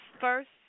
first